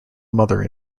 mother